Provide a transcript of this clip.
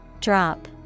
Drop